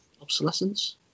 obsolescence